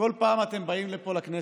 בכל פעם אתם באים לפה, לכנסת,